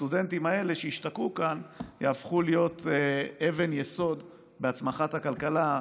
והסטודנטים האלה שישתקעו כאן יהפכו להיות אבן יסוד בהצמחת הכלכלה.